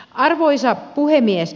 arvoisa puhemies